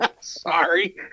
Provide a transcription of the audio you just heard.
sorry